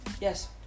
Yes